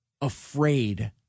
afraid